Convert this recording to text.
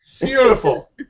Beautiful